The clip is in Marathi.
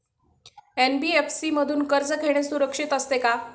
एन.बी.एफ.सी मधून कर्ज घेणे सुरक्षित असते का?